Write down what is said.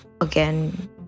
again